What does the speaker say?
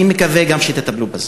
אני מקווה שגם אתם תטפלו בזה.